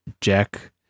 Jack